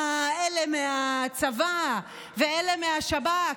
אלה מהצבא ואלה מהשב"כ,